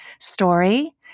story